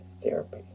therapy